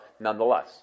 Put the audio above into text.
nonetheless